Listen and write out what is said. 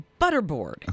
butterboard